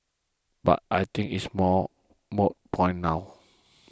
but I think it's a more moot point now